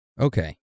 Okay